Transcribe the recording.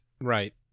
Right